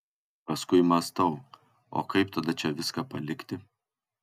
paskui mąstau o kaip tada čia viską palikti